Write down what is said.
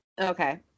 okay